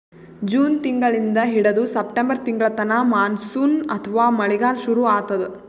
June ತಿಂಗಳಿಂದ್ ಹಿಡದು September ತಿಂಗಳ್ತನಾ ಮಾನ್ಸೂನ್ ಅಥವಾ ಮಳಿಗಾಲ್ ಶುರು ಆತದ್